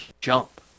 jump